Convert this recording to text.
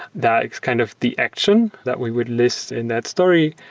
that is kind of the action that we would list in that story.